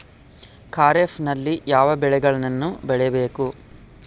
ಖಾರೇಫ್ ನಲ್ಲಿ ಯಾವ ಬೆಳೆಗಳನ್ನು ಬೆಳಿಬೇಕು?